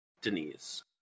Denise